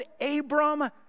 Abram